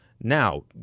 now